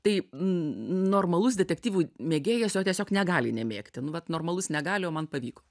tai n normalus detektyvų mėgėjas jo tiesiog negali nemėgti nu vat normalus negali o man pavyko